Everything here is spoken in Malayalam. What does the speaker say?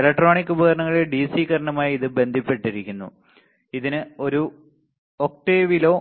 ഇലക്ട്രോണിക് ഉപകരണങ്ങളിലെ ഡിസി കറന്റുമായി ഇത് ബന്ധപ്പെട്ടിരിക്കുന്നു ഇതിന് ഒരു ഒക്റ്റേവിലോ